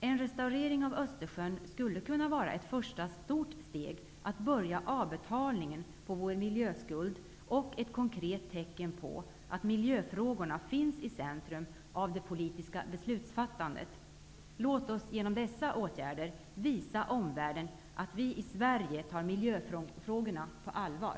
En restaurering av Östersjön skulle kunna vara ett första stort steg mot att börja avbetalningen på vår miljöskuld och ett konkret tecken på att miljöfrågorna finns i centrum av det politiska beslutsfattandet. Låt oss genom dessa åtgärder visa omvärlden att vi i Sverige tar miljöfrågorna på allvar.